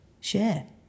share